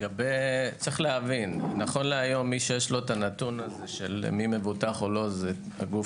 יש להבין - נכון להיום מי שיש לו הנתון של מי מבוטח או לא זה גוף